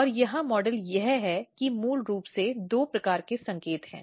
और यहां मॉडल यह है कि मूल रूप से दो प्रकार के संकेत हैं